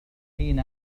حين